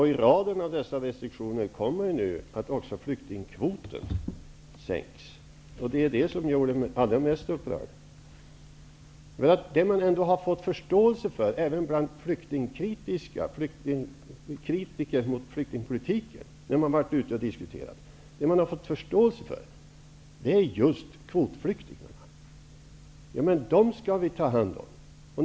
I raden av dessa restriktioner sänks nu också flyktingkvoten. Det gjorde mig allra mest upprörd. Det som man, när man varit ute och diskuterat flyktingpolitik, fått förståelse för även bland kritiker är just när det gäller de s.k. kvotflyktingarna. Dem skall vi ta hand om, har man tyckt.